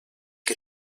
que